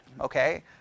okay